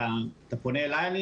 אתה פונה אליי?